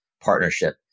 partnership